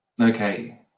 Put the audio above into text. okay